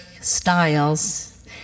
styles